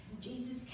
Jesus